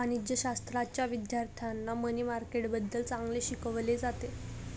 वाणिज्यशाश्राच्या विद्यार्थ्यांना मनी मार्केटबद्दल चांगले शिकवले जाते